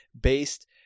based